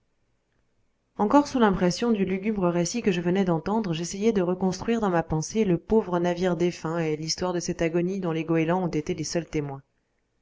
encore sous l'impression du lugubre récit que je venais d'entendre j'essayais de reconstruire dans ma pensée le pauvre navire défunt et l'histoire de cette agonie dont les goélands ont été seuls témoins